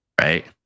right